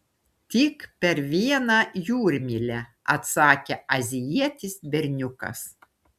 tik per vieną jūrmylę atsakė azijietis berniukas